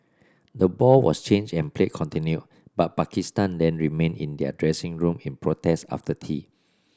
the ball was changed and play continued but Pakistan then remained in their dressing room in protest after tea